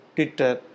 Twitter-